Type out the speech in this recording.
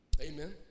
Amen